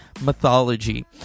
mythology